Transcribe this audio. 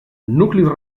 nuclis